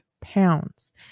pounds